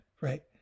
right